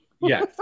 Yes